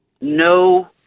no